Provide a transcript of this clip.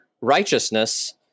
righteousness